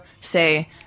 say